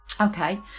Okay